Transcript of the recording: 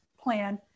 plan